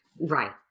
Right